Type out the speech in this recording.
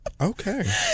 Okay